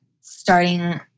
starting